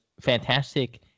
fantastic